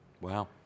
Wow